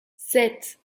sept